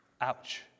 Ouch